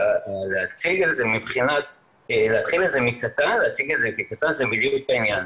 ולהציג את זה כקטן זה בדיוק העניין.